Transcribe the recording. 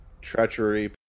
treachery